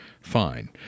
Fine